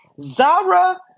Zara